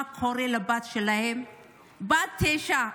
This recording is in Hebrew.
מה קורה לבת שלהם בת התשע.